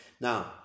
Now